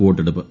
വോട്ടെടുപ്പ്